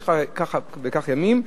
יש לך כך וכך ימים,